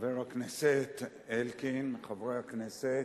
חבר הכנסת אלקין, חברי הכנסת,